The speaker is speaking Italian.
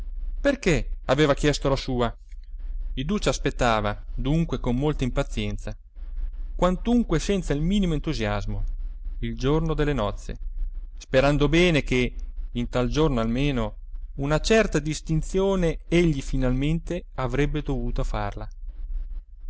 perché aveva chiesto la sua iduccia aspettava dunque con molta impazienza quantunque senza il minimo entusiasmo il giorno delle nozze sperando bene che in tal giorno almeno una certa distinzione egli finalmente avrebbe dovuto farla